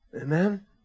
Amen